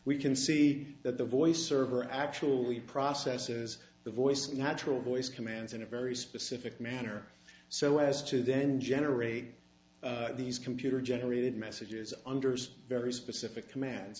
we can see that the voice server actually processes the voice and natural voice commands in a very specific manner so as to then generate these computer generated messages unders very specific command